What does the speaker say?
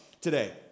today